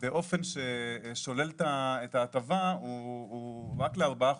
באופן ששולל את ההטבה הוא רק ל-4%,